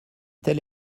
tel